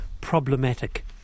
problematic